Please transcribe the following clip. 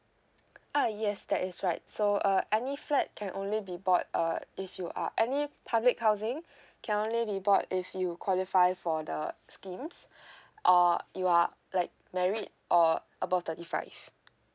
uh yes that is right so uh any flat can only be bought uh if you are any public housing can only be bought if you qualify for the schemes or you are like married or above thirty five